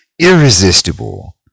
irresistible